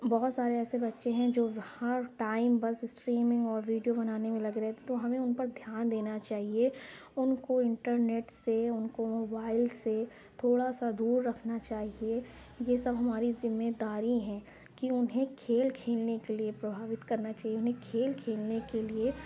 بہت سارے ایسے بچے ہیں جو ہر ٹائم بس اسٹریمنگ اور ویڈیو بنانے میں لگے رہتے ہیں تو ہمیں اُن پر دھیان دینا چاہیے اُن کو انٹرنیٹ سے اُن کو موبائل سے تھوڑا سا دور رکھنا چاہیے یہ سب ہماری ذمہ داری ہے کہ اُنہیں کھیل کھیلنے کے لیے پربھاوت کرنا چاہیے اُنہیں کھیل کھیلنے کے لیے